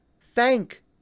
thank